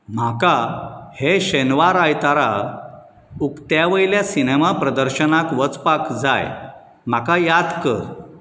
म्हाका हे शेनवार आयतारा उक्त्यावयल्या सिनेमा प्रदर्शनाक वचपाक जाय म्हाका याद कर